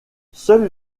seul